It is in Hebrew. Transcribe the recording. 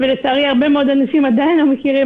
ולצערי יש עדיין הרבה מאוד אנשים שעדיין לא מכירים